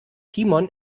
timon